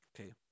Okay